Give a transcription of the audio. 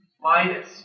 Minus